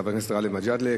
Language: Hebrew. חבר הכנסת גאלב מג'אדלה.